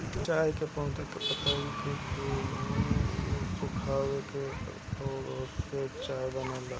चाय के पौधा के पतइ के सुखाके ओसे चाय बनेला